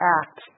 act